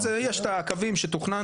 יש את הקווים שתוכננו.